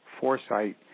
foresight